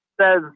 says